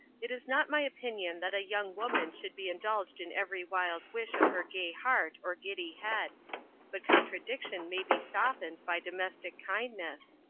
it is not my opinion that a young woman should be indulged in every wild wish of her gay heart or giddy head but contradiction may be softened by domestic kindness,